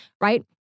right